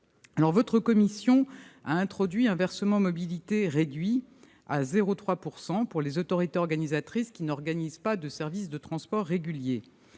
La commission a introduit un versement mobilité réduit à 0,3 % pour les autorités organisatrices qui n'organisent pas de services de transport réguliers.